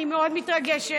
אני מאוד מתרגשת.